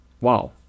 Wow